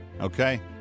okay